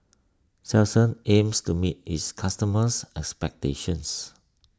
Selsun aims to meet its customers' expectations